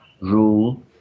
rule